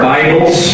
Bibles